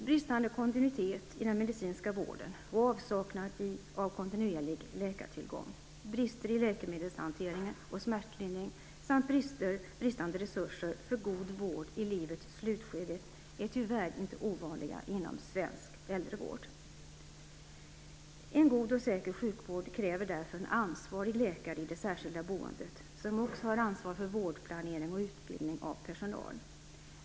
Bristande kontinuitet i den medicinska vården och avsaknad av kontinuerlig läkartillgång, brister i läkemedelshantering och smärtlindring samt bristande resurser för god vård i livets slutskede är tyvärr inte ovanliga inom svensk äldrevård. En god och säker sjukvård kräver därför en ansvarig läkare i det särskilda boendet, som också har ansvar för vårdplanering och utbildning av personal.